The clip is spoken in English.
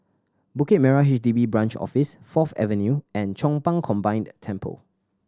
Bukit Merah H D B Branch Office Fourth Avenue and Chong Pang Combined Temple